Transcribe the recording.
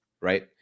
right